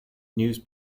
news